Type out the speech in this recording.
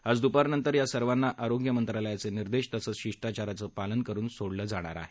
आज दुपारनंतर या सर्वांना आरोग्य मंत्रालयाचे निर्देश तसंच शिष्टाचाराचं पालन करुन सोडण्यात येणार आहे